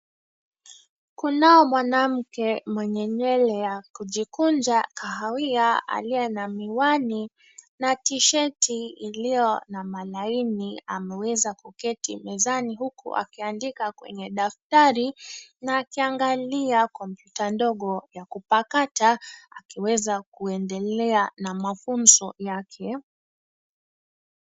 Kunao mwanamke, mwenye nywele ya kujikunja kahawia, aliye na miwani na tishati iliyo na malaini ameweza kuketi mezani huku akiandika kwenye daftari na akiangalia kompyuta ndogo, ya kupakata, akiweza kuendelea na mafunzo yake.